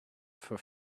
for